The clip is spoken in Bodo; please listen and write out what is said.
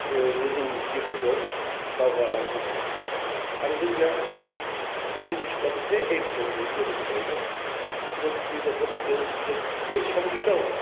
गोजौसिम जोङो दावगालां होनो हादों आरो जोंनिया जोंनि मिउजिक स्कुला मोनसे एइम दं जों गोदोनिफ्राइनो जोंनि गथ'फोरखौ जों बे संगितआव